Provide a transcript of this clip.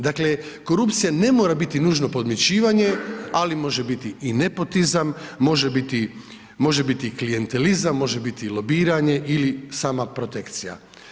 Dakle korupcija ne mora biti nužno podmićivanje, ali može biti i nepotizam, može biti klijentizam, može biti i lobiranje ili sama protekcija.